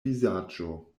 vizaĝo